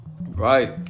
Right